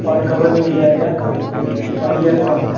और कवर मिल जाएगा और ईयरफ़ौन